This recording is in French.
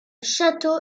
château